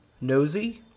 Nosy